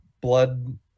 blood